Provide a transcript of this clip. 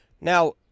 Now